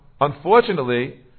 unfortunately